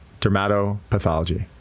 dermatopathology